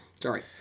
sorry